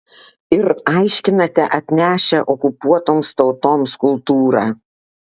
ir aiškinate atnešę okupuotoms tautoms kultūrą